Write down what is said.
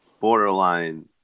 borderline